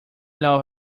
love